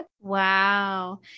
Wow